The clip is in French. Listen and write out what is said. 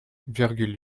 virgule